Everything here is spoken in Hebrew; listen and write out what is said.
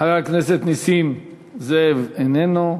חבר הכנסת נסים זאב, איננו,